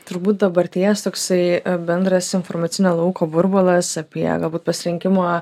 turbūt dabarties toksai bendras informacinio lauko burbulas apie galbūt pasirinkimo